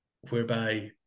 whereby